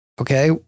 okay